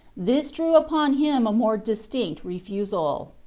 this drew upon him a more distinct refusal.